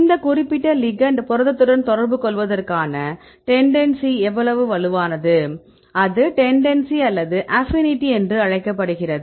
இந்த குறிப்பிட்ட லிகெெண்ட் புரதத்துடன் தொடர்புகொள்வதற்கான டெண்டன்ஸி எவ்வளவு வலுவானது அது டெண்டன்ஸி அல்லது அப்பினிடி என்று அழைக்கப்படுகிறது